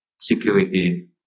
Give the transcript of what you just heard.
Security